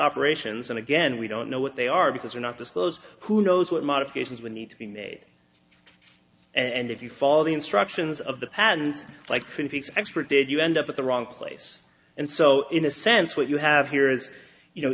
operations and again we don't know what they are because we're not disclose who knows what modifications would need to be made and if you follow the instructions of the patent like fix expert did you end up at the wrong place and so in a sense what you have